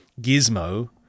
gizmo